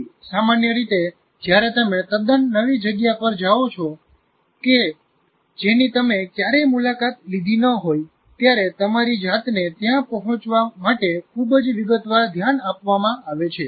સામાન્ય રીતે જ્યારે તમે તદ્દન નવી જગ્યા પર જાઓ છો કે જેની તમે ક્યારેય મુલાકાત લીધી ન હોય ત્યારે તમારી જાતને ત્યાં પહોંચવા માટે ખૂબ જ વિગતવાર ધ્યાન આપવામાં આવે છે